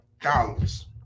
dollars